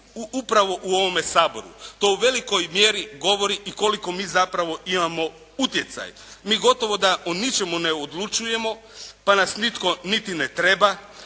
upravo u ovome Saboru. To u velikoj mjeri govori i koliko mi zapravo imamo utjecaj. Mi gotovo da o ničemu ne odlučujemo, pa nas nitko niti ne treba.